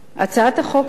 הצעת החוק הזאת,